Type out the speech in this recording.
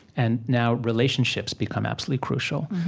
and now relationships become absolutely crucial.